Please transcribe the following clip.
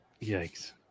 Yikes